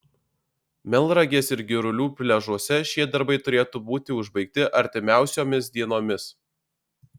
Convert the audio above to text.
melnragės ir girulių pliažuose šie darbai turėtų būti užbaigti artimiausiomis dienomis